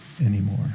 anymore